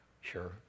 Sure